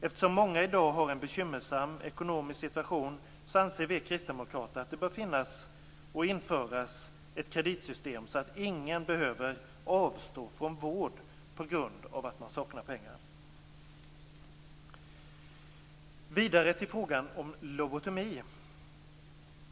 Eftersom många i dag har en bekymmersam ekonomisk situation anser vi kristdemokrater att det bör införas ett kreditsystem, så att ingen behöver avstå från vård på grund av att man saknar pengar. Vidare till frågan om lobotomi.